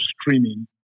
streaming